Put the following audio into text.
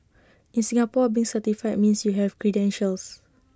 in Singapore being certified means you have credentials